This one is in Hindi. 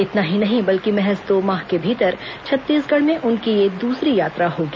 इतना ही नहीं बल्कि महज दो माह के भीतर छत्तीसगढ़ में उनकी यह दूसरी यात्रा होगी